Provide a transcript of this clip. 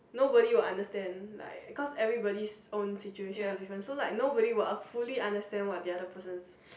nobody would understand like cause everybody own situation is different so nobody would fully understand what the other person's